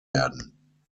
werden